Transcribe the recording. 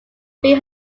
three